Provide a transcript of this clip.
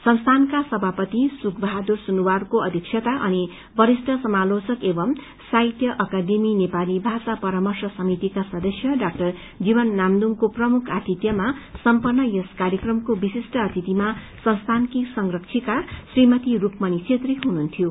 संस्थानका सभापति सुखबहादुर सुनुवारको अध्यक्षता अनि वरिष्ठ समालोचक एंव साहित्य अकादेमी नेपाली भाषा परामर्श समितिका सदस्य डा जीवन नाम्दुङको प्रमुख आतिथ्यमा सम्पत्र यस कार्यक्रमको विशिष्ट अतिथिमा संस्थानकी संरक्षिका श्रीमती रूकमणी छेत्री हुनुहुन्थ्यो